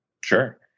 Sure